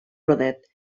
rodet